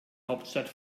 hauptstadt